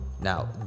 Now